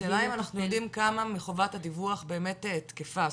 השאלה אם אנחנו יודעים כמה מחובת הדיווח באמת תקפה?